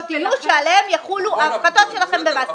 יהיו שעליהן יחולו ההפחתות שלכם במס.